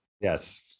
yes